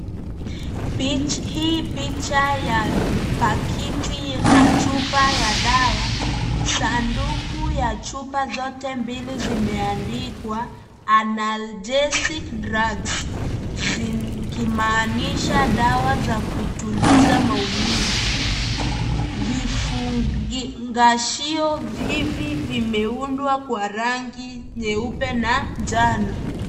Hii picha ya pakiti na chupa ya dawa . Sanduku ya chupa zote mbili zimeandikwa Analgesic Drugs . Zikimaanisha dawa za kutuliza maumivu. Vifungashio hivi vimeundwa kwa rangi nyeupe na njano.